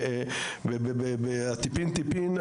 זה נעשה טיפין טיפין,